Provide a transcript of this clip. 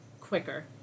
quicker